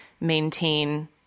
maintain